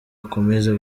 akomeze